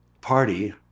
party